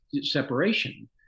separation